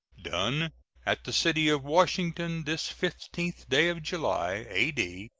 done at the city of washington, this fifteenth day of july, a d.